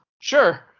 sure